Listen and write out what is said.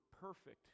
perfect